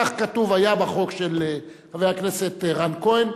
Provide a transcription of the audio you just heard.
כך כתוב היה בחוק של חבר הכנסת רן כהן,